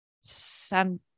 San